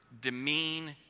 demean